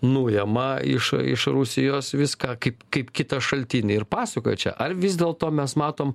nujema iš iš rusijos viską kaip kaip kitą šaltinį ir pasakoja čia ar vis dėlto mes matom